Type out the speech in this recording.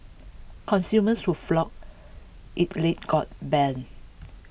consumers who flocked IT late got bun